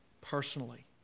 personally